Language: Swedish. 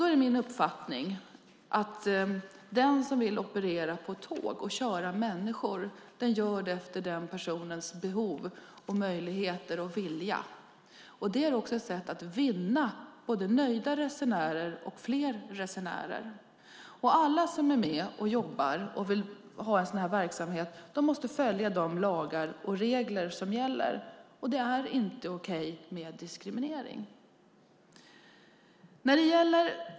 Det är min uppfattning att den som vill operera inom tåg och köra människor ska göra det efter människors behov, möjligheter och vilja. Det är ett sätt att vinna både nöjda resenärer och fler resenärer. Alla som är med och vill bedriva en sådan här verksamhet måste följa de lagar och regler som gäller, och det är inte okej med diskriminering.